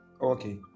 Okay